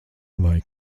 vai